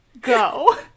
Go